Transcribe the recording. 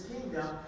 kingdom